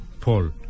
Paul